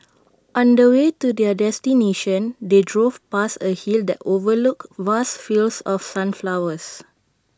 on the way to their destination they drove past A hill that overlooked vast fields of sunflowers